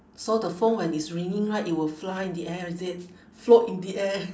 so the phone when it's ringing right it will fly in the air is it float in the air